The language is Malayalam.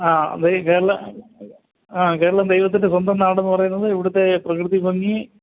ആ ദെയ് കേരളം ആ കേരളം ദൈവത്തിൻ്റെ സ്വന്തം നാടെന്ന് പറയുന്നത് ഇവിടത്തെ പ്രകൃതി ഭംഗി